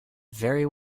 very